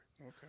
Okay